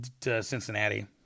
Cincinnati